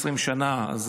20 שנה,